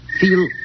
feel